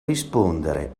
rispondere